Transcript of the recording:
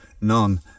none